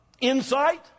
insight